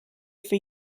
for